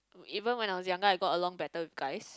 even when I was younger I got along better with guys